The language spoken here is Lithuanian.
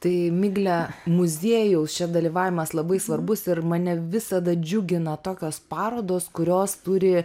tai miglę muziejaus dalyvavimas labai svarbus ir mane visada džiugina tokios parodos kurios turi